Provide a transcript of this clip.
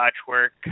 patchwork